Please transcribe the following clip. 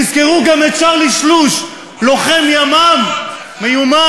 תזכרו גם את צ'רלי שלוש, לוחם ימ"מ מיומן